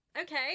Okay